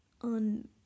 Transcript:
on